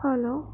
hello